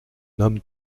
nomme